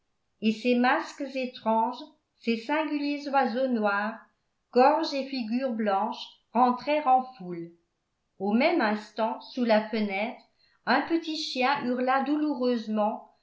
et ces masques étranges ces singuliers oiseaux noirs gorge et figure blanche rentrèrent en foule au même instant sous la fenêtre un petit chien hurla douloureusement